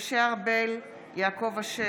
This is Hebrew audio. משה ארבל, אינו נוכח יעקב אשר,